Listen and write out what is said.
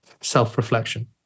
self-reflection